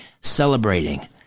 celebrating